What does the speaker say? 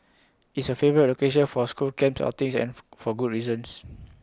it's A favourite location for school camps outings and for for good reasons